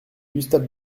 gustave